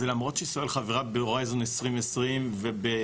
למרות שישראל חברת בהורייזן 2020 וב-CERN,